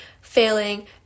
failing